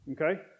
okay